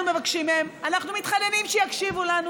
אנחנו מבקשים מהם, אנחנו מתחננים שיקשיבו לנו,